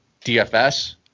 DFS